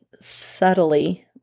subtly